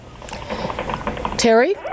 Terry